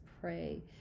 pray